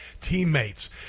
teammates